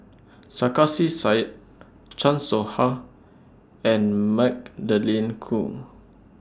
Sarkasi Said Chan Soh Ha and Magdalene Khoo